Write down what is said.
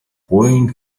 point